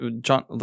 John